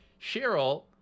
Cheryl